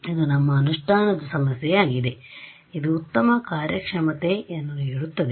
ಇದು ನಮ್ಮ ಅನುಷ್ಠಾನದ ಸಮಸ್ಯೆಯಾಗಿದೆ ಇದು ಉತ್ತಮ ಕಾರ್ಯಕ್ಷಮತೆಯನ್ನು ನೀಡುತ್ತದೆ